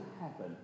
happen